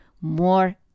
more